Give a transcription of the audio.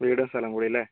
വീടും സ്ഥലവും കൂടി അല്ലേ